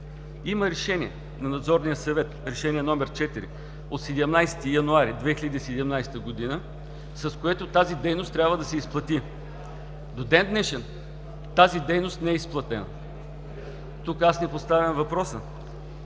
Има Решение № 4 на Надзорния съвет от 17 януари 2017 г., с което тази дейност трябва да се изплати. До ден-днешен тази дейност не е изплатена. Тук не поставям въпроса